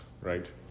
right